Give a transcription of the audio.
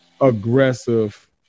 aggressive